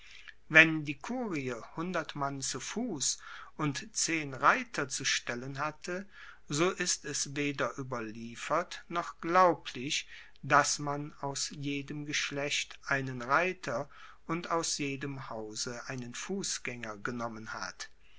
wenn die kurie hundert mann zu fuss und zehn reiter zu stellen hatte so ist es weder ueberliefert noch glaublich dass man aus jedem geschlecht einen reiter und aus jedem hause einen fussgaenger genommen hat